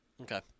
Okay